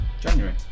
January